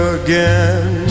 again